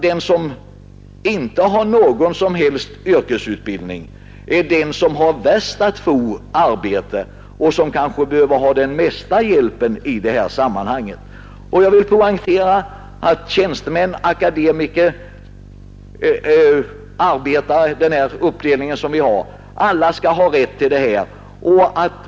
Den som inte har någon som helst yrkesutbildning är också den som har svårast att få arbete och som kanske behöver den mesta hjälpen i det här sammanhanget. Jag vill poängtera att alla — tjänstemän, akademiker, arbetare och andra — skall ha rätt till förmedlingsservice.